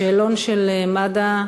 השאלון של מד"א,